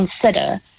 consider